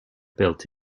built